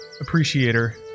appreciator